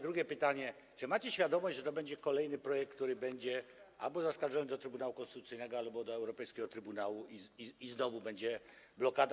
Drugie pytanie: Czy macie świadomość, że to będzie kolejny projekt, który będzie zaskarżony albo do Trybunału Konstytucyjnego, albo do europejskiego Trybunału, i znowu będzie blokada?